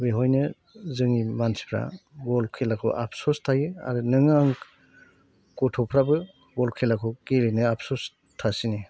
बेवहायनो जोंनि मानसिफोरा बल खेलाखौ आबसस थायो आरो नों आं गथ'फ्राबो बल खेलाखौ गेलेनो आबसस थासिनो